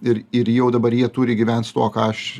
ir ir jau dabar jie turi gyvent su tuo ką aš